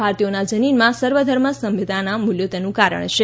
ભારતીયોના જનીનમાં સર્વધર્મ સભ્યતાનાં મૂલ્યો તેનું કારણ છે